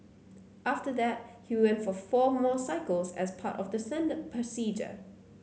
after that he went for four more cycles as part of the standard procedure